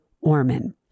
Orman